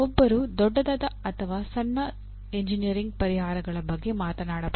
ಒಬ್ಬರು ದೊಡ್ಡದಾದ ಅಥವಾ ಸಣ್ಣ ಎಂಜಿನಿಯರಿಂಗ್ ಪರಿಹಾರಗಳ ಬಗ್ಗೆ ಮಾತನಾಡಬಹುದು